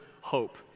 hope